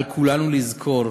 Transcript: על כולנו לזכור